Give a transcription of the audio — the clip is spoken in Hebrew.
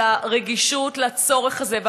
של הרגישות לצורך הזה,